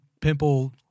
pimple